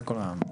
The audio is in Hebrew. זה כל.